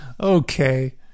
Okay